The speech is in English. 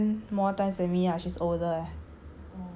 of course she went more times than me lah she's older leh